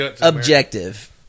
objective